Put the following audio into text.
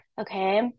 Okay